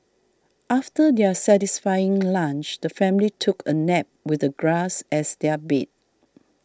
after their satisfying lunch the family took a nap with the grass as their bed